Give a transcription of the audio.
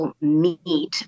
Meet